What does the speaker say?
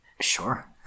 Sure